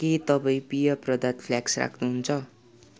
के तपाईँ पेय पदार्थ फ्लाक्स राख्नुहुन्छ